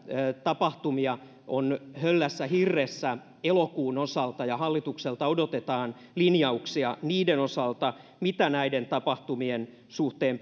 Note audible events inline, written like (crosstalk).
tapahtumia on höllässä hirressä elokuun osalta ja hallitukselta odotetaan linjauksia niiden osalta mitä näiden tapahtumien suhteen (unintelligible)